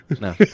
No